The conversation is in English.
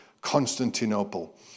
Constantinople